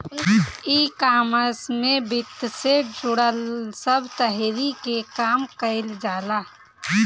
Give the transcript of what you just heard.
ecommerce में वित्त से जुड़ल सब तहरी के काम कईल जाला